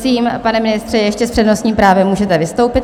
Prosím, pane ministře, ještě s přednostním právem můžete vystoupit.